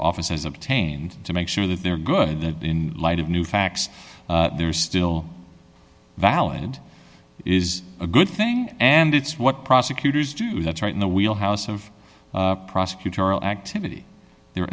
offices obtained to make sure that they're good that in light of new facts they're still valid is a good thing and it's what prosecutors do that's right in the wheel house of prosecutorial activity there